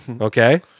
Okay